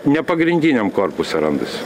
nepagrindiniam korpuse randas